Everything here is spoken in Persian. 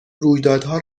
رویدادها